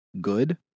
good